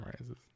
Rises